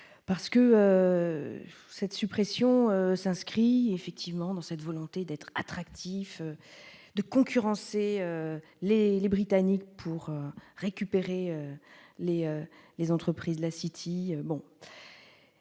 parce que cette suppression s'inscrit effectivement dans cette volonté d'être attractif de concurrencer les Britanniques pour récupérer les les entreprises, la City